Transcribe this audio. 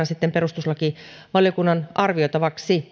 sitten perustuslakivaliokunnan arvioitavaksi